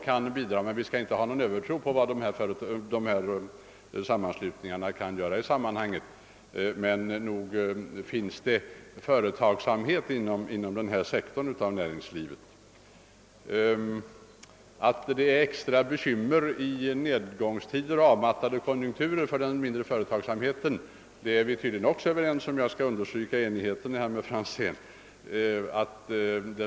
Vi bör naturligtvis inte hysa någon övertro på sådana sammanslutningar i dessa sammanhang, men nog finns det företagsamhet inom denna sektor av näringslivet. Att det uppstår extra bekymmer under avmattade konjunkturer med nedläggningar för den mindre företagsamheten är vi tydligen också överens om; jag vill understryka enigheten i uppfattning med herr Franzén i detta avseende.